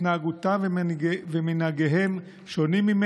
התנהגותם ומנהגיהם שונים משלי,